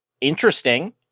interesting